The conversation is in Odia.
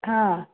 ହଁ